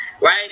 right